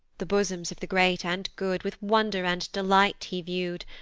the bosoms of the great and good with wonder and delight he view'd,